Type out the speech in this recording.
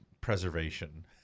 preservation